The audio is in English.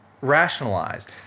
Rationalized